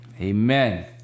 Amen